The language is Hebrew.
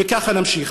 וככה נמשיך.